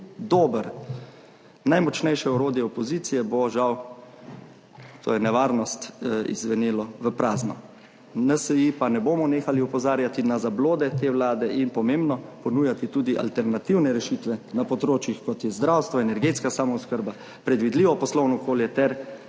dober. Najmočnejše orodje opozicije bo, žal, to je nevarnost, izzvenelo v prazno. V NSi pa ne bomo nehali opozarjati na zablode te vlade in pomembnost ponujanja tudi alternativnih rešitev na področjih, kot so zdravstvo, energetska samooskrba, predvidljivo poslovno okolje ter